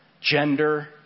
gender